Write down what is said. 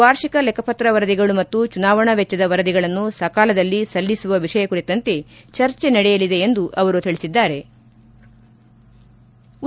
ವಾರ್ಷಿಕ ಲೆಕ್ಷಪತ್ರ ವರದಿಗಳು ಮತ್ತು ಚುನಾವಣಾ ವೆಚ್ಲದ ವರದಿಗಳನ್ನು ಸಕಾಲದಲ್ಲಿ ಸಲ್ಲಿಸುವ ವಿಷಯ ಕುರಿತಂತೆ ಚರ್ಚೆ ನಡೆಯಲಿದೆ ಎಂದು ಅವರು ತಿಳಿಸಿದ್ಗಾರೆ